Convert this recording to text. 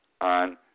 on